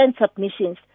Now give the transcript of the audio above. submissions